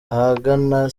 ahagana